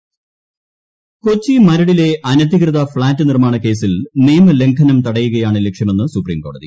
Maradu flat Kochi മരടിലെ അനധികൃത flat നിർമ്മാണ കേസിൽ നിയമലംഘനം തടയുകയാണ് ലക്ഷ്യമെന്ന് സുപ്രീംകോടതി